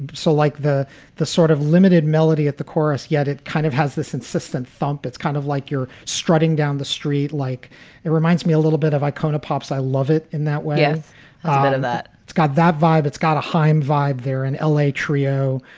so like the the sort of limited melody at the chorus, yet it kind of has this insistent thump. it's kind of like you're strutting down the street like it reminds me a little bit of icona pop's. i love it in that way. um bit of that. it's got that vibe. it's got a hiim and vibe. they're an l a. trio.